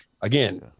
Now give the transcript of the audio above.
again